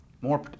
more